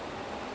mm